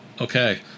okay